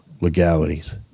legalities